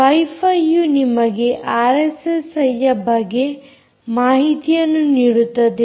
Y five ಯು ನಿಮಗೆ RSSI ಯ ಬಗ್ಗೆ ಮಾಹಿತಿಯನ್ನು ನೀಡುತ್ತದೆ